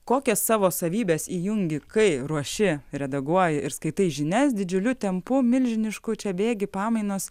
kokias savo savybes įjungi kai ruoši redaguoja ir skaitai žinias didžiuliu tempu milžinišku čia bėgi pamainos